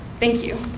thank you.